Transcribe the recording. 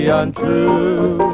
untrue